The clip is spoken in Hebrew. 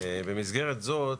במסגרת הזאת,